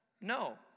No